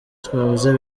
twavuze